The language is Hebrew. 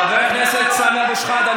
חבר הכנסת סמי אבו שחאדה,